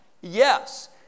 Yes